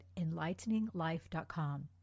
enlighteninglife.com